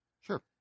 Sure